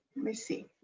me see.